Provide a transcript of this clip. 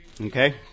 Okay